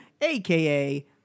aka